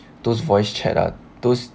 those voice chat ah those